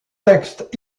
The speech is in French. textes